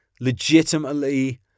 legitimately